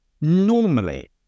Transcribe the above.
normally